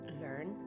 learn